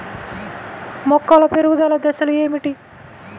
మొక్కల పెరుగుదల దశలు ఏమిటి?